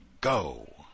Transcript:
go